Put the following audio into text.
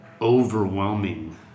overwhelming